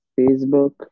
Facebook